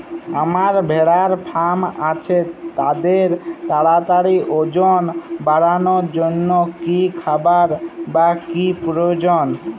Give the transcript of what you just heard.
আমার ভেড়ার ফার্ম আছে তাদের তাড়াতাড়ি ওজন বাড়ানোর জন্য কী খাবার বা কী প্রয়োজন?